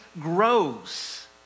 grows